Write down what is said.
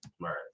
Right